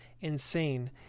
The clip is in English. insane